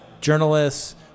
Journalists